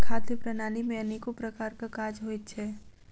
खाद्य प्रणाली मे अनेको प्रकारक काज होइत छै